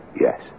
yes